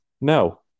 no